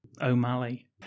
O'Malley